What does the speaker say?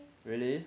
really